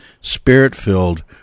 spirit-filled